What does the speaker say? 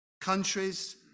Countries